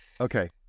Okay